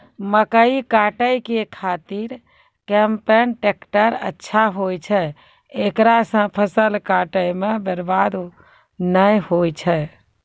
मकई काटै के खातिर कम्पेन टेकटर अच्छा होय छै ऐकरा से फसल काटै मे बरवाद नैय होय छै?